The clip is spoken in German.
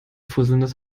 fusselndes